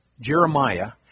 Jeremiah